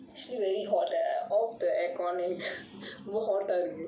she really hot off the aircon and ரொம்ப:romba hot ah இருக்கு:irukku